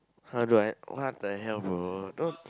how do I what the hell bro